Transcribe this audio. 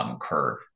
curve